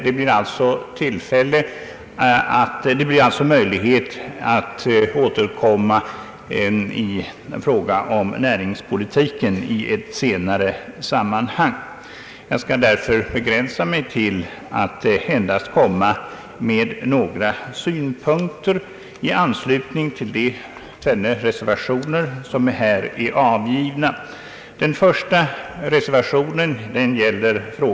Det blir alltså möjlighet att återkomma i fråga om näringspolitiken i ett senare sammanhang. Jag skall därför begränsa mig till att endast anföra några synpunkter i anslutning till de båda reservationer som här är avgivna.